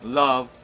love